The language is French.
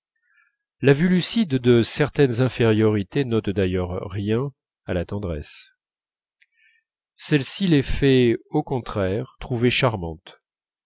la vue lucide de certaines infériorités n'ôte d'ailleurs rien à la tendresse celle-ci les fait au contraire trouver charmantes